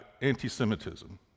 anti-Semitism